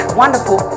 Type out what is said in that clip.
wonderful